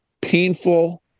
painful